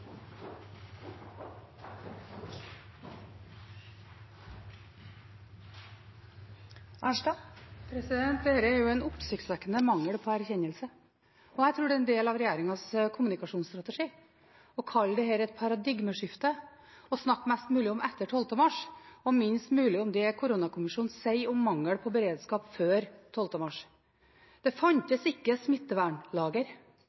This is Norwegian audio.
er jo en oppsiktsvekkende mangel på erkjennelse, og jeg tror det er en del av regjeringens kommunikasjonsstrategi å kalle dette et «paradigmeskifte» og snakke mest mulig om etter 12. mars og minst mulig om det koronakommisjonen sier om mangel på beredskap før 12. mars. Det